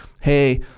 hey